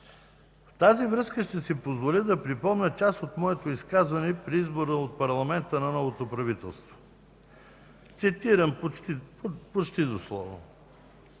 с това ще си позволя да припомня част от моето изказване при избора от парламента на ново правителство. Ще цитирам почти дословно: